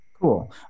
Cool